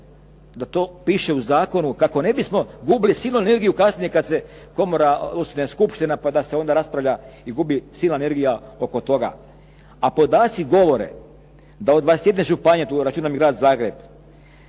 da to piše u zakonu kako ne bismo gubili silnu energiju kada se komora, osnuje skupština pa da se onda raspravlja i gubi silna energija oko toga. A podaci govore da od 21 županije, tu računam i grad Zagreb,